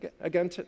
again